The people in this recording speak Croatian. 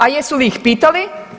A jesu li ih pitali?